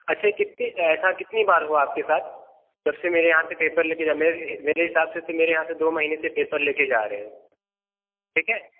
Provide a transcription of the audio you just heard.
अच्छा ये कितने ऐसा कितनी बार हुआ आपके साथ जब से मेरे यहाँ से पेपर ले के जाने मेरे लिए मेरे हिसाब से तो मेरे यहाँ से दो महीने से पेपर ले के जा रहे हैं ठीक है